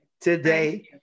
today